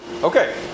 Okay